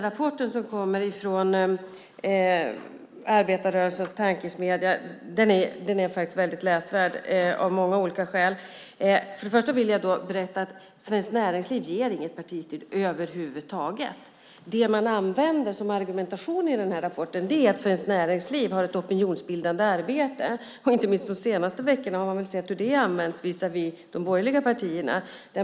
Rapporten från arbetarrörelsens tankesmedja är väldigt läsvärd av många olika skäl. Först och främst vill jag berätta att Svenskt Näringsliv över huvud taget inte ger något partistöd. Det som används som argumentation i rapporten är att Svenskt Näringsliv har ett opinionsbildande arbete. Inte minst under de senaste veckorna har man väl sett hur det används visavi de borgerliga partierna.